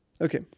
Okay